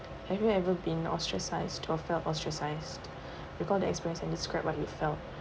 have you ever been ostracised or felt ostracised recall the experience and describe what you felt